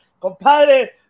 compadre